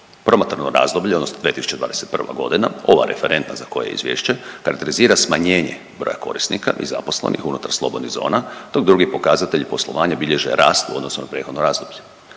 Promatrano razdoblje, odnosno 2021. g., ova referentna za koje je Izvješće, karakterizira smanjenje broja korisnika i zaposlenih unutar slobodnih zona, dok drugi pokazatelji poslovanja bilježe rast u odnosu na prethodno razdoblje.